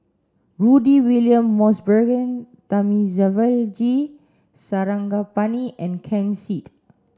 Rudy William Mosbergen Thamizhavel G Sarangapani and Ken Seet